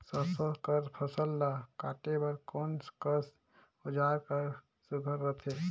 सरसो कर फसल ला काटे बर कोन कस औजार हर सुघ्घर रथे?